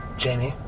jamie.